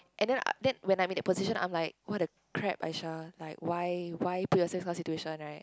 and then uh then when I'm in the position I'm like what a crap Aisyah like why why put yourself in this kind of situation [right]